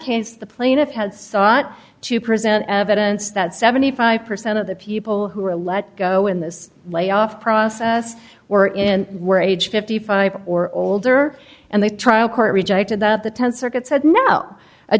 case the plaintiff had sought to present evidence that seventy five percent of the people who were let go in this layoff process were in were age fifty five or older and the trial court rejected that the th circuit said now a